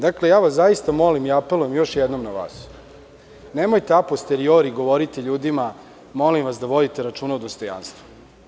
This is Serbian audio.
Dakle, zaista vas molim i apelujem još jednom na vas, nemojte a posteriori govoriti ljudima: „Molim vas da vodite računa o dostojanstvu“